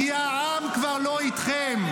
כי העם כבר לא איתכם.